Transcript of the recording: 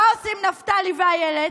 מה עושים נפתלי ואילת?